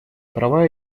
права